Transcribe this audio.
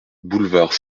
boulevard